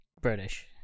British